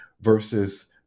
versus